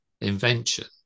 invention